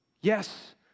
Yes